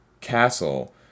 castle